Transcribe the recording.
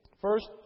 First